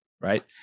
right